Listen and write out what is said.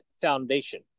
Foundation